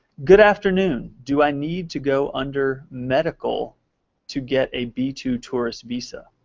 good afternoon. do i need to go under medical to get a b two tourist visa?